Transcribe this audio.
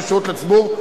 כשירות לציבור,